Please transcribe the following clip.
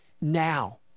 now